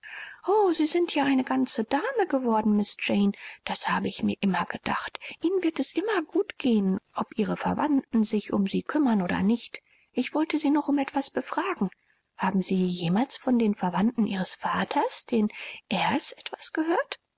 o sie sind ja eine ganze dame geworden miß jane das habe ich mir immer gedacht ihnen wird es immer gut gehen ob ihre verwandten sich um sie kümmern oder nicht ich wollte sie noch um etwas befragen haben sie jemals von den verwandten ihres vaters den eyres etwas gehört